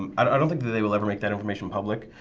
um i don't think they they will ever make that information public.